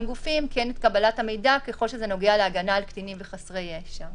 גופים את קבלת המידע ככל שזה נוגע להגנה על קטינים וחסרי ישע.